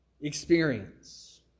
experience